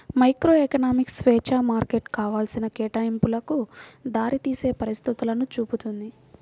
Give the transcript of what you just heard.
microeconomics స్వేచ్ఛా మార్కెట్లు కావాల్సిన కేటాయింపులకు దారితీసే పరిస్థితులను చూపుతుంది